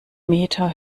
metern